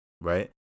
right